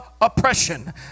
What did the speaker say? oppression